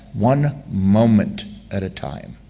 one moment at a time.